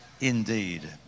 indeed